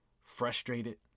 frustrated